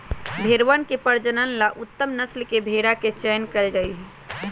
भेंड़वन के प्रजनन ला उत्तम नस्ल के भेंड़ा के चयन कइल जाहई